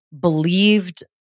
believed